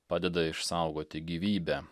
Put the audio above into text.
padeda išsaugoti gyvybę